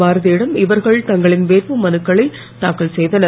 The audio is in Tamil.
பாரதியிடம் இவர்கள் தங்களின் வேட்புமனுக்களை தாக்கல் செய்தனர்